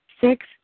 Six